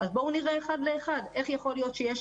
אז בואו נראה אחד לאחד איך יכול להיות שיש